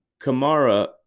Kamara